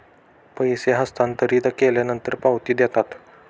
पैसे हस्तांतरित केल्यानंतर पावती देतात